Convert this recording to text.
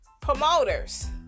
promoters